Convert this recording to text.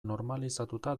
normalizatuta